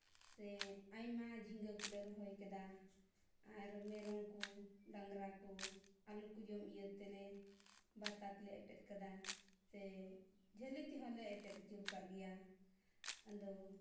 ᱥᱮ ᱟᱭᱢᱟ ᱡᱷᱤᱸᱜᱟᱹ ᱠᱚᱞᱮ ᱨᱚᱦᱚᱭ ᱟᱠᱟᱫᱟ ᱟᱨ ᱢᱮᱨᱚᱢ ᱠᱚ ᱰᱟᱝᱨᱟ ᱠᱚ ᱟᱞᱚ ᱠᱚ ᱡᱚᱢ ᱤᱭᱟᱹᱛᱮᱞᱮ ᱵᱟᱛᱟ ᱛᱮᱞᱮ ᱮᱴᱮᱫ ᱟᱠᱟᱫᱟ ᱥᱮ ᱡᱷᱟᱹᱞᱤ ᱛᱮᱦᱚᱸᱞᱮ ᱮᱴᱮᱫ ᱟᱹᱪᱩᱨ ᱟᱠᱟᱫ ᱜᱮᱭᱟ ᱟᱫᱚ